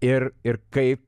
ir ir kaip